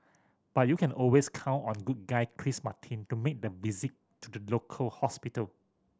but you can always count on good guy Chris Martin to make the visit to the local hospital